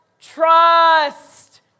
trust